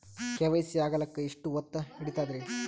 KYC ಆಗಲಕ್ಕ ಎಷ್ಟ ಹೊತ್ತ ಹಿಡತದ್ರಿ?